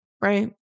Right